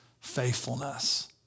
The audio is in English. faithfulness